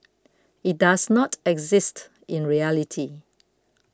it does not exist in reality